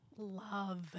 love